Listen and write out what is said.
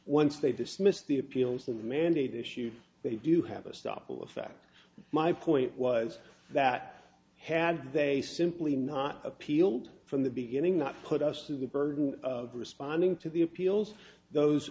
once they dismissed the appeals the mandate issued they do have a stop will affect my point was that had they simply not appealed from the beginning not put us to the burden of responding to the appeals those